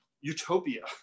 utopia